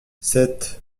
sept